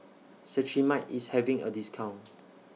Cetrimide IS having A discount